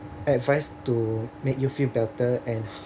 advice to make you feel better and